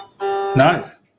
nice